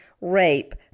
rape